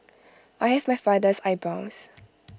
I have my father's eyebrows